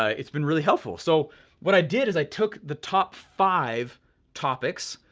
ah it's been really helpful. so what i did is i took the top five topics,